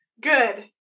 good